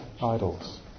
Idols